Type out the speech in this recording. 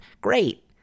great